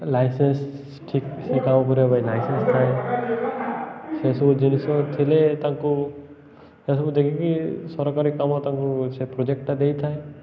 licence ଠିକ ସେ କାମ ଉପରେ ଭ ଲାଇସେନ୍ସ ଥାଏ ସେସବୁ ଜିନିଷ ଥିଲେ ତାଙ୍କୁ ସେସବୁ ଦେଖିକି ସରକାରୀ କାମ ତାଙ୍କୁ ସେ ପ୍ରୋଜେକ୍ଟଟା ଦେଇଥାଏ